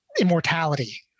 immortality